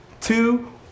two